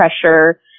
pressure